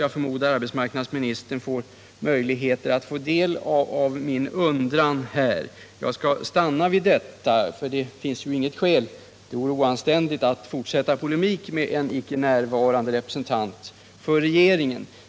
Jag förmodar att arbetsmarknadsministern får möjlighet att ta del av min undran här Jag skall stanna vid detta, för det vore oanständigt att fortsätta i polemik med en icke närvarande representant för regeringen.